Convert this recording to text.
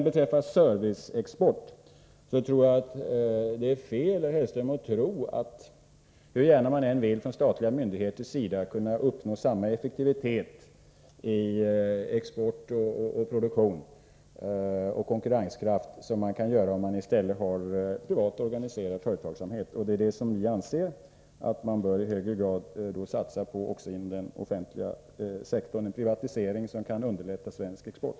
Beträffande serviceexporten torde det vara fel av herr Hellström att tro att de statliga myndigheterna, hur gärna de än vill, kan uppnå samma effektivitet i fråga om produktion, export och konkurrens som den privata företagsamheten. Vi anser därför att man bör satsa på en privatisering, som kan underlätta svensk export.